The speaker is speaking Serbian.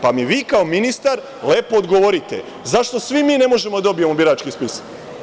Pa mi vi, kao ministar, lepo odgovorite – zašto svi mi ne možemo da dobijemo birački spisak?